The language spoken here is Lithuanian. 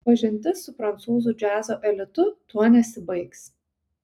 pažintis su prancūzų džiazo elitu tuo nesibaigs